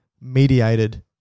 mediated